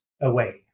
away